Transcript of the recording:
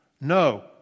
No